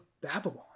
Babylon